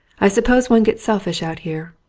i suppose one gets selfish out here,